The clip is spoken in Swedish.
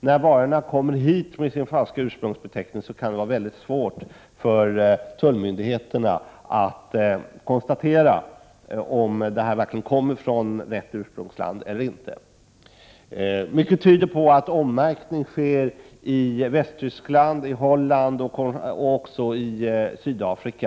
När varor kommer hit med falsk ursprungsbeteckning kan det vara svårt för tullmyndigheterna att konstatera om de verkligen kommer från det land beteckningen visar. Mycket tyder på att ommärkning sker i Västtyskland, Holland och också i Sydafrika.